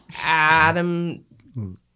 Adam